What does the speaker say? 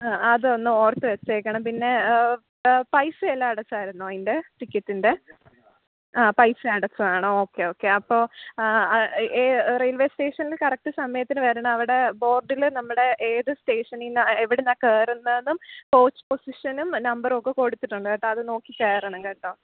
ആ അതൊന്ന് ഓർത്ത് വച്ചേക്കണം പിന്നെ പൈസേല്ലാം അടച്ചായിരുന്നോ അതിൻ്റെ ടിക്കറ്റിൻ്റെ ആ പൈസ അടച്ചതാണോ ഓക്കെ ഓക്കെ അപ്പോൾ അ റെയിൽവെ സ്റ്റേഷനില് കറക്റ്റ് സമയത്തിന് വരണം അവിടെ ബോർഡില് നമ്മുടെ ഏത് സ്റ്റേഷനീന്നാ എവിടുന്നാ കയറുന്നത് എന്നും കോച്ച് പൊസിഷനും നമ്പറും ഒക്കെ കൊടുത്തിട്ടുണ്ട് കേട്ടോ അത് നോക്കി കയറണം കേട്ടോ